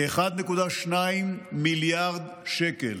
כ-1.2 מיליארד שקלים.